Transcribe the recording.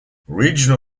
regional